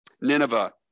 Nineveh